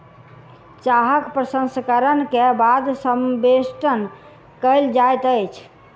चाहक प्रसंस्करण के बाद संवेष्टन कयल जाइत अछि